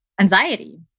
anxiety